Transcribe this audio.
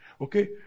Okay